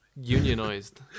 unionized